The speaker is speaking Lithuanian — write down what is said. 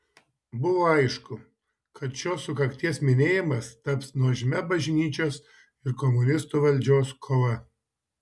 buvo aišku kad šios sukakties minėjimas taps nuožmia bažnyčios ir komunistų valdžios kova